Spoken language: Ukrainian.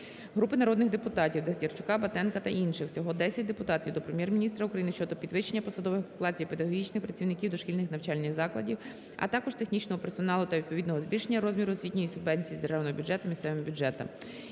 Групи народних депутатів (Дехтярчука, Батенка та інших. Всього 10 депутатів) до Прем'єр-міністра України щодо підвищення посадових окладів педагогічних працівників дошкільних навчальних закладів, а також технічного персоналу та відповідного збільшення розміру освітньої субвенції з державного бюджету місцевим бюджетам.